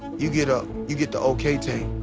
you get a you get the, okay, tank.